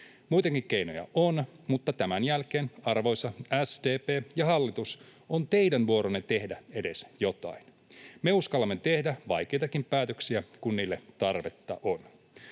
Muitakin keinoja on, mutta tämän jälkeen, arvoisa SDP ja hallitus, on teidän vuoronne tehdä edes jotain. Me uskallamme tehdä vaikeitakin päätöksiä, kun niille tarvetta on.